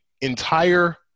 entire